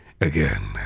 again